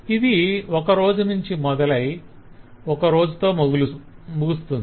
ఇది ఒక రోజునుంచి మొదలై ఒక రోజుతో ముగుస్తుంది